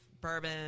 bourbon